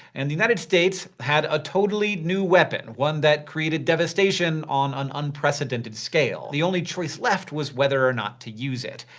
and the united states now had a totally new weapon, one that created devastation on an unprecedented scale. the only choice left was whether or not to use it.